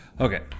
Okay